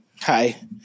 hi